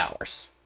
hours